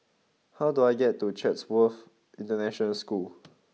how do I get to Chatsworth International School